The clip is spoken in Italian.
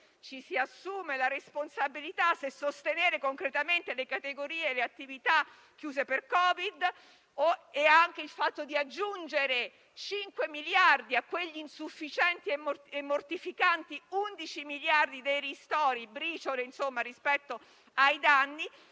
Ci si assume la responsabilità se sostenere concretamente le categorie e le attività chiuse per Covid-19, aggiungendo 5 miliardi a quegli insufficienti e mortificanti 11 miliardi dei ristori (briciole, rispetto ai danni);